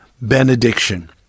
benediction